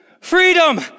freedom